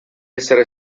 essere